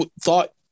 thought